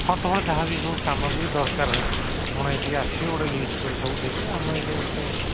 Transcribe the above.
ହଁ ତୁମର ଯାହାବି ସବୁ ସାମଗ୍ରୀ ଦରକାର ଆପଣ ଏଠିକି ଆସିବେ ଗୋଟେ ଲିଷ୍ଟ କରିକି ସବୁ ଦେବେ ଆମେ ସବୁ